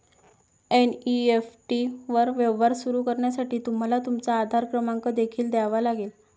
NEFT वर व्यवहार सुरू करण्यासाठी तुम्हाला तुमचा आधार क्रमांक देखील द्यावा लागेल